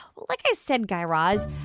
like i said, guy raz,